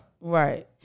Right